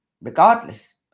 regardless